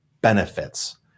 benefits